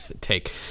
take